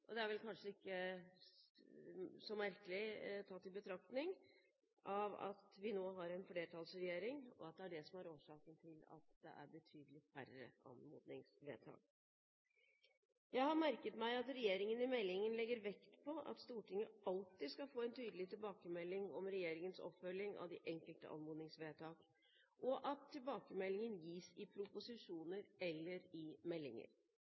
Det er vel kanskje ikke så merkelig tatt i betraktning at vi nå har en flertallsregjering, og at det er det som er årsaken til at det er betydelig færre anmodningsvedtak. Jeg har merket meg at regjeringen i meldingen legger vekt på at Stortinget alltid skal få en tydelig tilbakemelding om regjeringens oppfølging av de enkelte anmodningsvedtak, og at tilbakemeldingen gis i proposisjoner eller i meldinger.